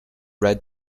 red